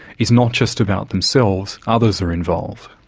is not just about themselves, others are involved.